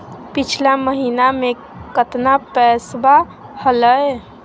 पिछला महीना मे कतना पैसवा हलय?